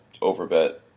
overbet